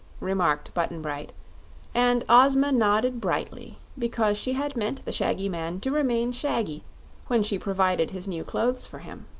remarked button-bright and ozma nodded brightly because she had meant the shaggy man to remain shaggy when she provided his new clothes for him.